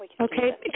Okay